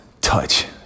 touch